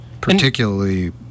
Particularly